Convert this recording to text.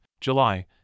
July